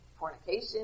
Fornication